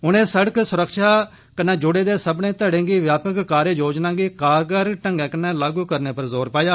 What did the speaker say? उनें सड़क सुरक्षा कन्नै जुड़े दे सब्मनें घड़ें गी व्यापक कार्य योजना गी कारगर ढंगै कन्नै लागू करने पर जोर पाया